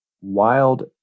wild